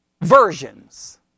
versions